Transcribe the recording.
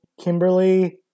Kimberly